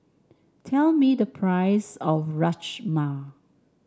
tell me the price of Rajma